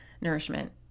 nourishment